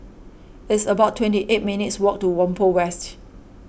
it's about twenty eight minutes walk to Whampoa West